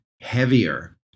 heavier